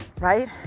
right